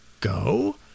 go